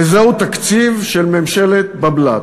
וזהו תקציב של ממשלת בבל"ת.